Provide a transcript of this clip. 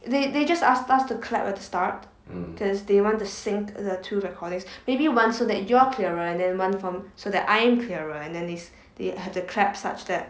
they they just asked us to clap at the start because they want to sync the two recordings maybe one so that you're clearer and than one form so that I'm clearer and then these they had a clap such that